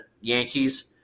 Yankees